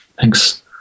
thanks